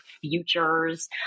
futures